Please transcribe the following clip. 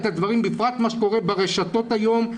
בפרט מה שקורה ברשתות היום,